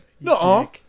no